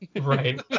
Right